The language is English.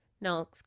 Now